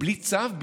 בלי צו?